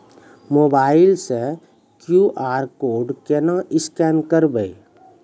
Mobile से QR code केना scan करबै?